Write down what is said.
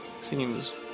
Seems